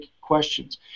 questions